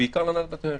ובעיקר להנהלת בתי המשפט.